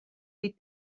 des